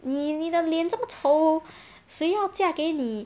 你你的脸这么丑谁要嫁给你